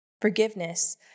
Forgiveness